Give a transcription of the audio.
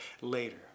later